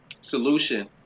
solution